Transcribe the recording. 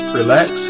relax